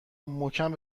محکم